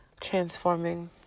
transforming